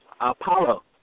Apollo